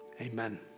Amen